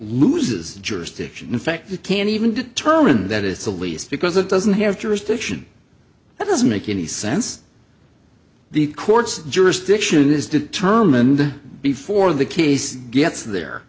loses jurisdiction in fact it can't even determine that it's a lease because it doesn't have jurisdiction it doesn't make any sense the court's jurisdiction is determined before the case gets there